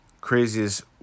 Craziest